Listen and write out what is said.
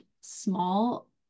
small